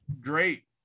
great